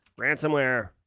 Ransomware